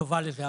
טובה לזה.